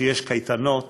כשיש קייטנות